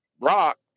Brock